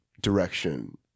direction